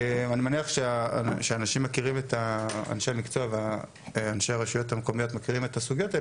אני מניח שאנשי מקצוע ואנשי רשויות המקומיות מכירים את הסוגיות האלה,